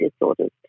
disorders